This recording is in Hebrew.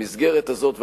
במסגרת הזאת,